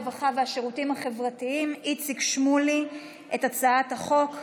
הרווחה והשירותים החברתיים איציק שמולי את הצעת החוק.